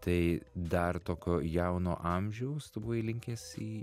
tai dar tokio jauno amžiaus tu buvai linkęs į